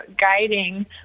guiding